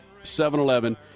7-Eleven